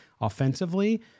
offensively